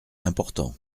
important